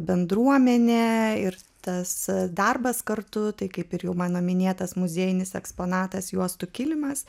bendruomenė ir tas darbas kartu tai kaip ir jau mano minėtas muziejinis eksponatas juostų kilimas